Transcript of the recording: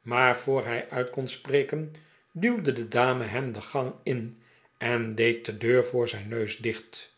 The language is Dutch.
maar voor hij uit kon sprekeh duwde de dame hem de gang in en deed de deur voor zijn neus dicht